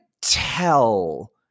tell